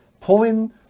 pulling